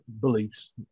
beliefs